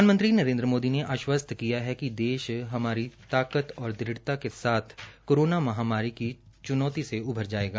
प्रधानमंत्री नरेन्द्र मोदी ने आशवस्त किया है कि देश हमारी ताकत और दृढ़ता के साथ कोरोना महामारी की च्नौती से उभर जायेगा